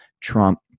trump